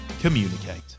communicate